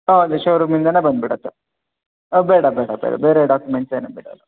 ಹೌದು showroom ಇಂದಾನೇ ಬಂದುಬಿಡತ್ತೆ ಹಾಂ ಬೇಡ ಬೇಡ ಬೇಡ ಬೇರೆ ಡಾಕ್ಯುಮೆಂಟ್ಸ್ ಏನು ಬೇಡ